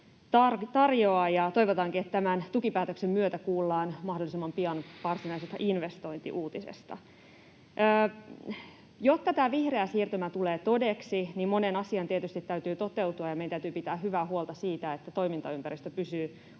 ja toivotaankin, että tämän tukipäätöksen myötä kuullaan mahdollisimman pian varsinaisesta investointiuutisesta. Jotta vihreä siirtymä tulee todeksi, monen asian tietysti täytyy toteutua, ja meidän täytyy pitää huolta siitä, että toimintaympäristö pysyy houkuttelevana.